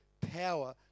power